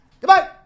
Goodbye